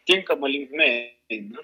tinkama linkme eina